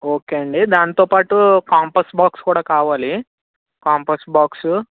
okay అండి దాంతో పాటు కంపాస్ బాక్స్ కూడా కావాలి కంపాస్ బాక్సు